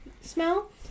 smell